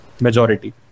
majority